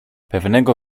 pewnego